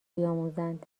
بیاموزند